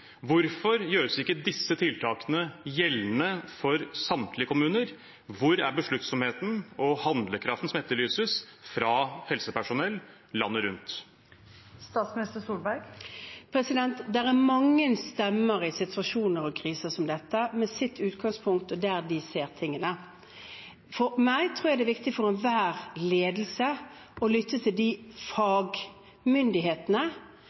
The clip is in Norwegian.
Hvorfor gjøres ikke disse tiltakene gjeldende for samtlige kommuner? Hvor er besluttsomheten og handlekraften som etterlyses fra helsepersonell landet rundt? Det er mange stemmer i situasjoner og kriser som dette, med utgangspunkt i det de ser. For meg – og for enhver ledelse, tror jeg – er det viktig å lytte til de